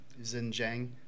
Xinjiang